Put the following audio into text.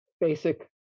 basic